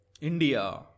India